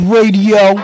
Radio